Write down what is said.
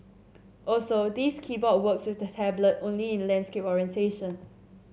also this keyboard works with the tablet only in landscape orientation